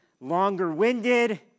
longer-winded